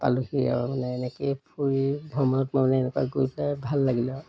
পালোঁহি আৰু মানে এনেকৈয়ে ফুৰি ভ্ৰমণত মই মানে এনেকুৱা গৈ পেলাই ভাল লাগিলে আৰু